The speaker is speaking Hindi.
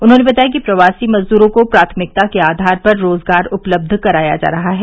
उन्होंने बताया कि प्रवासी मजदूरों को प्राथमिकता के आधार पर रोजगार उपलब्ध कराया जा रहा है